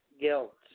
Guilt